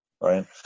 right